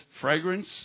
fragrance